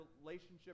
relationship